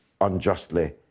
unjustly